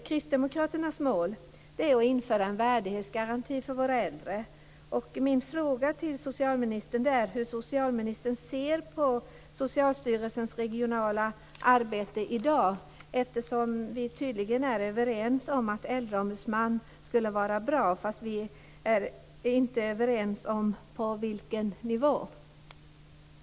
Kristdemokraternas mål är att införa en värdighetsgaranti för våra äldre. Socialstyrelsens regionala arbete i dag. Tydligen är vi överens om att en äldreombudsman skulle vara bra men vi är inte överens om vilken nivå det då skulle vara fråga om.